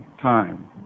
time